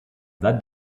that